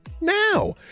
now